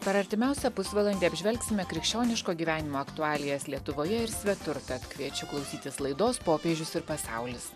per artimiausią pusvalandį apžvelgsime krikščioniško gyvenimo aktualijas lietuvoje ir svetur tad kviečiu klausytis laidos popiežius ir pasaulis